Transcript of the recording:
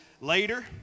later